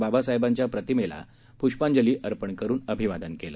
बाबासाहेबांच्या प्रतिमेला पुष्पांजली अर्पण करुन अभिवादन केलं